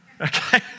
okay